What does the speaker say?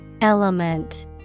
Element